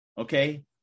okay